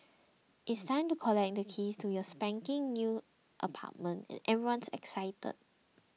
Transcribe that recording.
it's time to collect the keys to your spanking new apartment and everyone is excited